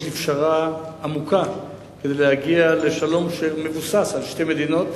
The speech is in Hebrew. לפשרה עמוקה כדי להגיע לשלום שמבוסס על שתי מדינות